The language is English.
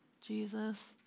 Jesus